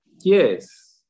yes